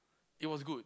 it was good